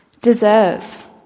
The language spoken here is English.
Deserve